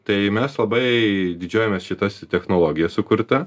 tai mes labai didžiuojamės šitas technologija sukurta